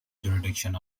jurisdiction